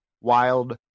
Wild